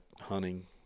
hunting